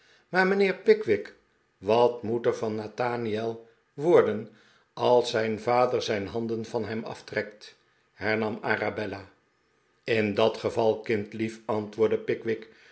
maar mijnheer pickwick wat moet er van nathaniel worden als zijn vader zijn handen van hem aftrekt hernam arabella in dat geval kindlief antwoordde pickwick